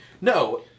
no